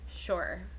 Sure